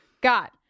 got